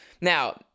Now